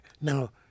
Now